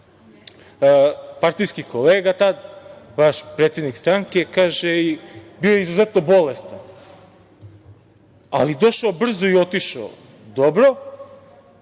partijski kolega tad, vaš predsednik stranke i bio je izuzetno bolestan, ali je došao brzo i otišao. Dobro?